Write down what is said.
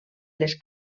les